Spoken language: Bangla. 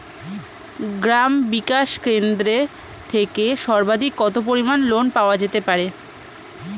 গ্রাম বিকাশ কেন্দ্র থেকে সর্বাধিক কত পরিমান লোন পাওয়া যেতে পারে?